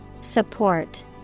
Support